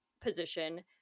position